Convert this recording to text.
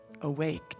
Awake